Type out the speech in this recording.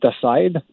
aside